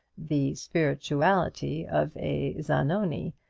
the spirituality of a zanoni,